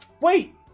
wait